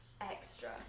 Extra